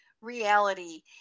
reality